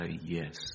yes